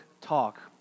talk